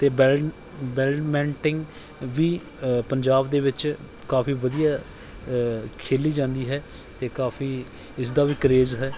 ਅਤੇ ਬੈਲ badminton ਵੀ ਪੰਜਾਬ ਦੇ ਵਿੱਚ ਕਾਫੀ ਵਧੀਆ ਖੇਡੀ ਜਾਂਦੀ ਹੈ ਅਤੇ ਕਾਫੀ ਇਸਦਾ ਵੀ ਕਰੇਜ਼ ਹੈ